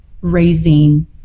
raising